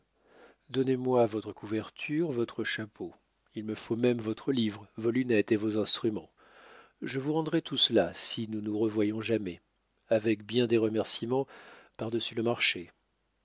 donnezmoi votre couverture votre chapeau il me faut même votre livre vos lunettes et votre instrument je vous rendrai tout cela si nous nous revoyons jamais avec bien des remerciements pardessus le marché